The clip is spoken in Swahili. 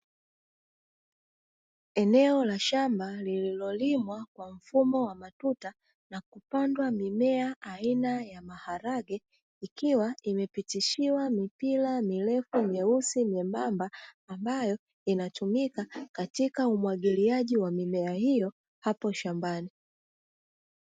Eneo la shamba lililolimwa kwa mfumo wa matuta na kupandwa mimea aina ya maharage likiwa limepitishiwa mipira mirefu myeusi myembamba, ambayo inatumika katika umwagiliaji wa mimea hiyo hapo shambani.